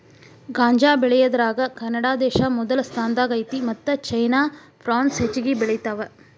ಗಾಂಜಾ ಬೆಳಿಯುದರಾಗ ಕೆನಡಾದೇಶಾ ಮೊದಲ ಸ್ಥಾನದಾಗ ಐತಿ ಮತ್ತ ಚೇನಾ ಪ್ರಾನ್ಸ್ ಹೆಚಗಿ ಬೆಳಿತಾವ